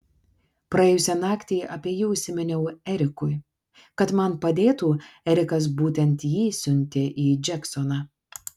praėjusią naktį apie jį užsiminiau erikui kad man padėtų erikas būtent jį siuntė į džeksoną